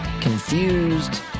Confused